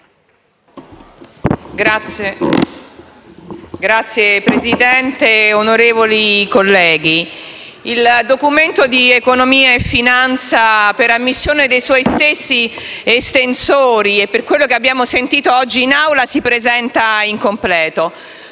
Signor Presidente, onorevoli colleghi, il Documento di economia e finanza, per ammissione dei suoi stessi estensori e per quello che abbiamo sentito oggi in Aula, si presenta incompleto.